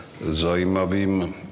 zajímavým